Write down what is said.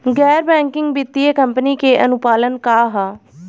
गैर बैंकिंग वित्तीय कंपनी के अनुपालन का ह?